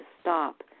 stop